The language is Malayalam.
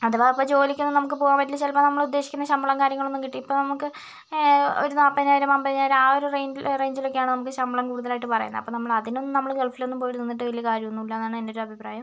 അഥവാ ഇപ്പോൾ ജോലിക്കൊന്നും നമുക്ക് പോകാൻ പറ്റിയില്ലെങ്കിൽ ചിലപ്പോൾ നമ്മളുദ്ദേശിക്കുന്ന ശമ്പളം കാര്യങ്ങളൊന്നും കിട്ടി ഇപ്പോൾ നമുക്ക് ഒരു നാൽപ്പതിനായിരം അമ്പതിനായിരം ആ ഒരുറേഞ്ച് റേഞ്ചിലൊക്കെയാണ് നമുക്ക് ശമ്പളം കൂടുതലായിട്ട് പറയുന്നത് അപ്പം നമ്മൾ അതിനൊന്നും നമ്മൾ ഗൾഫിലൊന്നും പോയി നിന്നിട്ട് വലിയ കാര്യമൊന്നുമില്ല എന്നാണ് എൻ്റെയൊരു അഭിപ്രായം